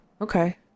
Okay